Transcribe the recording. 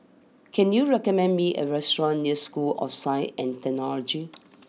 can you recommend me a restaurant near School of Science and Technology